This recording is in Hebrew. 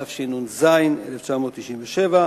התשנ"ז 1997,